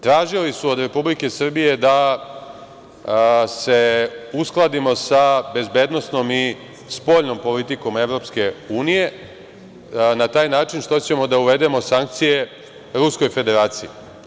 Tražili su od Republike Srbije da se uskladimo sa bezbednosnom i spoljnom politikom EU na taj način što ćemo da uvedemo sankcije Ruskoj Federaciji.